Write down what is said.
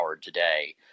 today